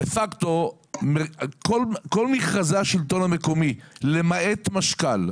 דה פקטו כל מכרזי השלטון המקומי למעט משכ"ל,